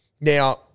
Now